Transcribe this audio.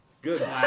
Good